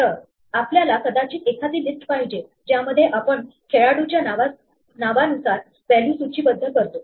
तरआपल्याला कदाचित एखादी लिस्ट पाहिजे ज्यामध्ये आपण खेळाडूच्या नावानुसार व्हॅल्यू सूचीबद्ध करतो